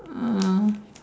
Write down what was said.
mm